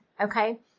Okay